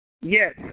yes